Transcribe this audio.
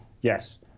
Yes